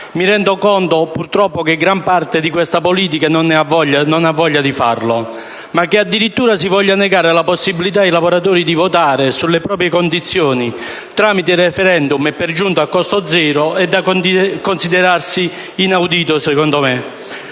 mi rendo conto, purtroppo, che gran parte di questa politica non ha voglia di farlo, ma che addirittura si voglia negare la possibilità ai lavoratori di votare sulle proprie condizioni tramite *referendum* e per giunta a costo zero è da considerarsi, a mio avviso,